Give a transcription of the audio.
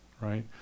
right